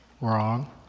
Wrong